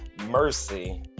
mercy